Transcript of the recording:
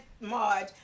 Marge